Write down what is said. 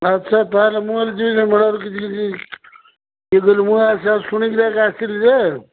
ଆଚ୍ଛା ତାହେଲେ ମୁଁ ହେଲେ ଯିବି ମୁଁ ଶୁଣିିକି ଏକା ଆସିଥିଲି ଯେ